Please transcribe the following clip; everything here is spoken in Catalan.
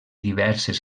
diverses